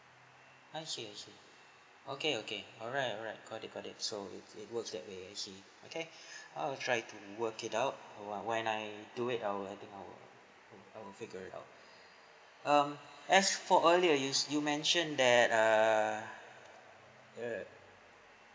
I see I see okay okay alright alright got it got it so it it works that way I see okay I'll try to work it out wh~ when I do it I will I think I will I I will figure it out um as for earlier you s~ you mentioned that err